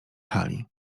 hali